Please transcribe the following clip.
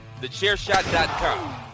TheChairShot.com